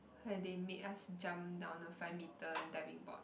where they make us jump down a five meter diving board